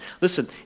Listen